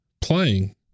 playing